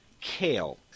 Kale